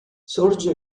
sorge